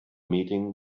meeting